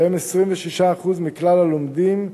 שהם 26% מכלל הלומדים,